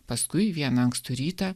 paskui vieną ankstų rytą